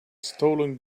stolen